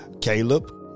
Caleb